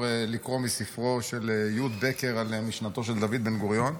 לקרוא מספרו של י' בקר על משנתו של דוד בן-גוריון,